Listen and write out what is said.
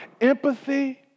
empathy